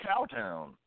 Cowtown